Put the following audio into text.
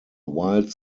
wild